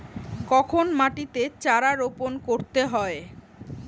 কখন মাটিতে চারা রোপণ করতে হয়?